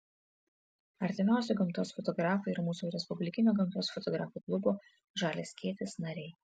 artimiausi gamtos fotografai yra mūsų respublikinio gamtos fotografų klubo žalias skėtis nariai